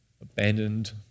abandoned